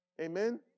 Amen